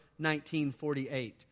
1948